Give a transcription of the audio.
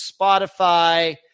Spotify